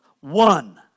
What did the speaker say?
one